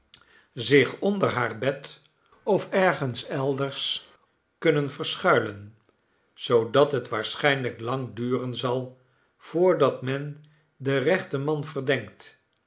zich onder haar bed of ergens elders kunnen verschuilen zoodat het waarschijnlijk lang duren zal voordat men den rechten man verdenkt